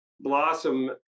blossom